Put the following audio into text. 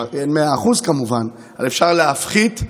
אין 100%, כמובן, אבל אפשר להפחית,